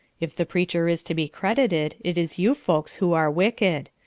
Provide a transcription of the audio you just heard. if the preacher is to be credited, it is you folks who are wicked.